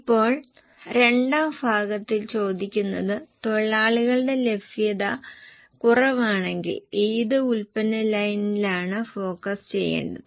ഇപ്പോൾ രണ്ടാം ഭാഗത്തിൽ ചോദിച്ചിരിക്കുന്നത് തൊഴിലാളികളുടെ ലഭ്യത കുറവാണെങ്കിൽ ഏത് ഉൽപ്പന്ന ലൈനിലാണ് ഫോക്കസ് ചെയ്യേണ്ടത്